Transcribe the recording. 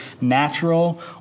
natural